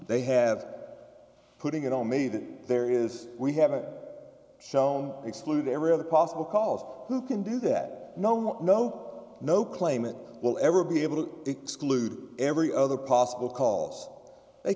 they have putting it on me that there is we haven't shown exclude every other possible cause who can do that no no no no claimant will ever be able to exclude every other possible calls they